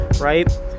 right